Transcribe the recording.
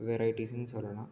வெரைட்டிஸுன்னு சொல்லலாம்